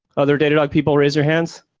other datadog people raise your hands.